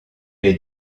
les